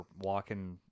walking